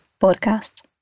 podcast